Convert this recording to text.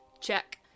Check